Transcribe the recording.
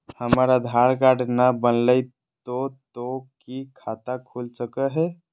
हमर आधार कार्ड न बनलै तो तो की खाता खुल सको है?